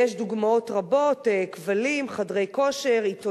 ויש דוגמאות רבות: כבלים, חדרי כושר, עיתונים,